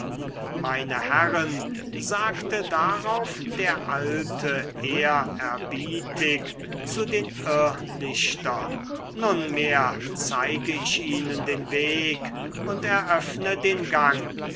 meine herren sagte darauf der alte ehrerbietig zu den irrlichtern nunmehr zeige ich ihnen den weg und eröffne den gang